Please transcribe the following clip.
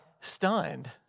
stunned